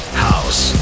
House